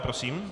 Prosím.